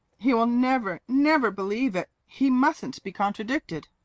he will never, never believe it. he mustn't be contradicted.